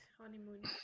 honeymoon